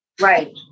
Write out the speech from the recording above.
Right